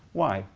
why